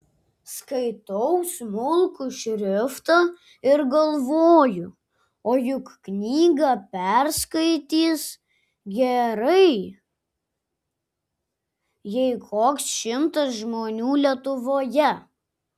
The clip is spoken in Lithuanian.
skaitau smulkų šriftą ir galvoju o juk knygą perskaitys gerai jei koks šimtas žmonių lietuvoje